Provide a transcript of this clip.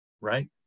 right